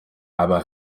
aber